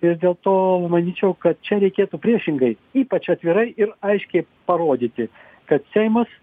ir dėl to manyčiau kad čia reikėtų priešingai ypač atvirai ir aiškiai parodyti kad seimas